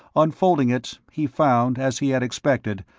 unfolding it, he found, as he had expected,